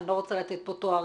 אני לא רוצה לתת פה תארים.